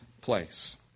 place